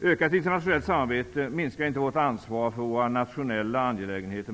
Ökat internationellt samarbete minskar inte vårt ansvar för våra nationella angelägenheter.